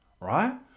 right